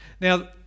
Now